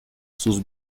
sus